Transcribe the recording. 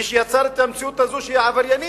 מי שיצר את המציאות הזאת שהיא עבריינית